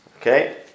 Okay